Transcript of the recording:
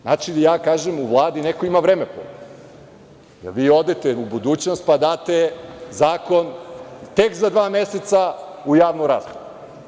Znači, ja kažem da u Vladi neko ima vremeplov, jel vi odete u budućnost pa date zakon tek za dva meseca u javnu raspravu.